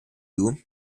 you